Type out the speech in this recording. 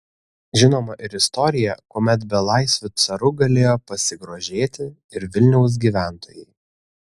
žinoma ir istorija kuomet belaisviu caru galėjo pasigrožėti ir vilniaus gyventojai